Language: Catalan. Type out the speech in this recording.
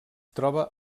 troba